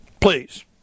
Please